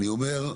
ואני אומר,